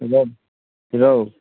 मतलब कि रहु